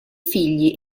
figli